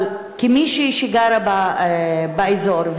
אבל כמישהי שגרה באזור,